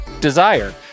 Desire